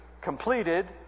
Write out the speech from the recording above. completed